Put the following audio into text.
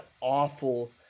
awful